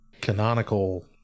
canonical